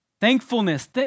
Thankfulness